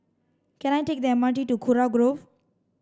can I take the M R T to Kurau Grove